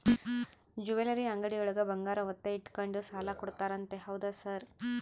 Jewellery ಅಂಗಡಿಯೊಳಗ ಬಂಗಾರ ಒತ್ತೆ ಇಟ್ಕೊಂಡು ಸಾಲ ಕೊಡ್ತಾರಂತೆ ಹೌದಾ ಸರ್?